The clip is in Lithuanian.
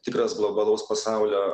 tikras globalaus pasaulio